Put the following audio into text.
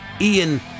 Ian